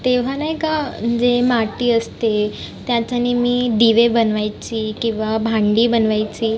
तेव्हा नाही का जे माती असते त्या स्थानी मी दिवे बनवायची किंवा भांडी बनवायची